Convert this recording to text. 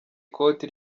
ikoti